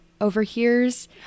overhears